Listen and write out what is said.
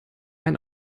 ein